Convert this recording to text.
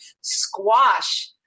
squash